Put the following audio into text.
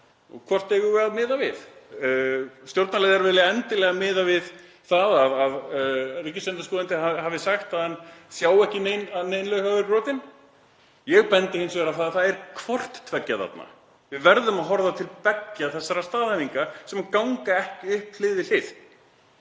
Og hvort eigum við að miða við? Stjórnarliðar vilja endilega miða við það að ríkisendurskoðandi hafi sagt að hann sjái ekki að nein lög hafi verið brotin. Ég bendi hins vegar á að það er hvort tveggja þarna. Við verðum að horfa til beggja þessara staðhæfinga sem ganga ekki upp hlið við hlið.